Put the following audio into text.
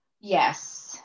Yes